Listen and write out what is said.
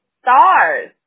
Stars